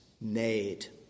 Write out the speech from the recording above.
made